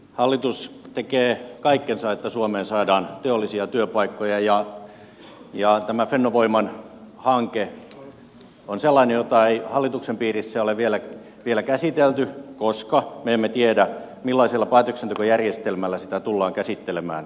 hallitus tekee kaikkensa että suomeen saadaan teollisia työpaikkoja ja tämä fennovoiman hanke on sellainen hanke jota ei hallituksen piirissä ole vielä käsitelty koska me emme tiedä millaisella päätöksentekojärjestelmällä sitä tullaan käsittelemään